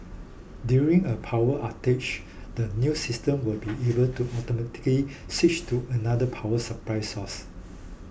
during a power outage the new system will be able to automatically switch to another power supply source